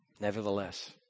Nevertheless